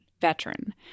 veteran